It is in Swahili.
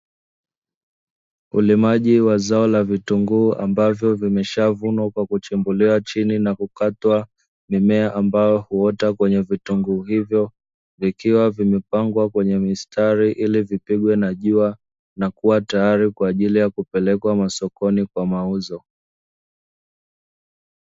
Ulimaji wa zao la vitunguu ambayvo vimeshavunwa kwa kuchimbuliwa chini na kukatwa mimea ambayo huota kwenye vitunguu hiyvo, vikiwa vimepangwa kwenye mistari ili vipigwe na jua na kuwa tayari kwa ajili ya kupelekwa masokoni kwa mauzo.